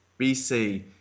BC